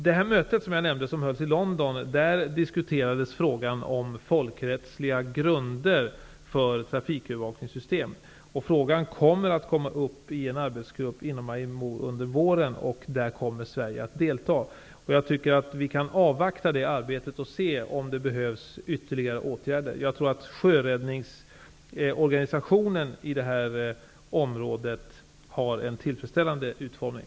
Vid det möte i London som jag nämnde diskuterades frågan om folkrättsliga grunder för trafikövervakningssystem. Frågan skall också tas upp i en arbetsgrupp inom IMO under våren, och i den kommer Sverige att delta. Jag tycker att vi kan avvakta det arbetet och se om det behövs ytterligare åtgärder. Jag tror att sjöräddningsorganisationen inom detta område har en tillfredsställande utformning.